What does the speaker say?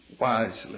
wisely